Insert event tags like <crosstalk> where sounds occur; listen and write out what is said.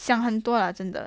<noise> 想很多啦真的